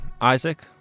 Isaac